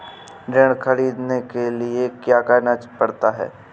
ऋण ख़रीदने के लिए क्या करना पड़ता है?